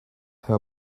her